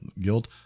Guilt